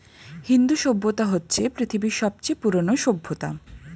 হিন্দু সভ্যতা হচ্ছে পৃথিবীর সবচেয়ে পুরোনো সভ্যতা